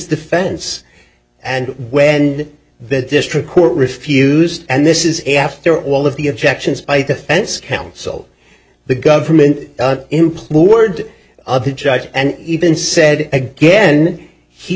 defense and when the district court refused and this is after all of the objections by defense counsel the government implored of the judge and even said again he